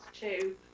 two